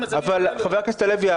חבר הכנסת הלוי,